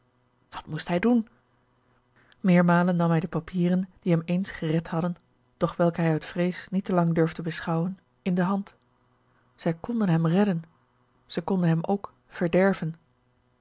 wat moest hij doen meermalen nam hij de papieren die hem eens gered hadden doch welke hij uit vrees niet te lang durfde beschouwen in de hand zij konden hem redden zij konden hem ook